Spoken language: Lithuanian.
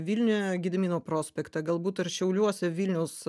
vilniuje gedimino prospektą galbūt ir šiauliuose vilniaus